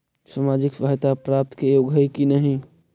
सामाजिक सहायता प्राप्त के योग्य हई कि नहीं?